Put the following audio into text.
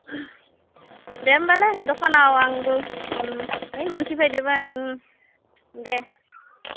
दे होमब्लालाय दखानाव आंबो ओइ मानसि फायदोमोन दे